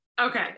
Okay